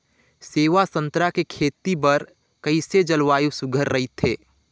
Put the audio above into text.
सेवा संतरा के खेती बर कइसे जलवायु सुघ्घर राईथे?